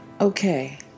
Okay